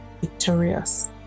victorious